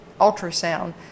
ultrasound